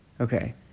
Okay